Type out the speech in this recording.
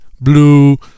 Blue